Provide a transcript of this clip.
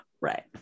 right